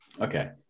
Okay